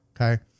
Okay